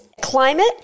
climate